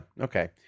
okay